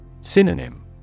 Synonym